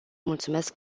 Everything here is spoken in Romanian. mulțumesc